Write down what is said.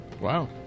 wow